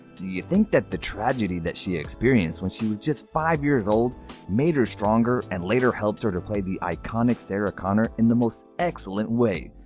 do you think that the tragedy that she experienced when he was just five years old made her stronger and later helped her to play the iconic sarah connor in the most excellent way?